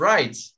Right؟